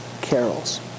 carols